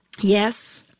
Yes